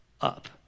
up